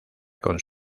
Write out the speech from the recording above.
con